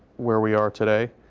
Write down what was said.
where we are today.